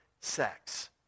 sex